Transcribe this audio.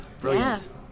brilliant